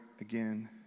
again